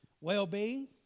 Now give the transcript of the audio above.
well-being